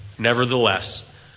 Nevertheless